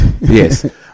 Yes